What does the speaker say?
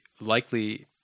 likely –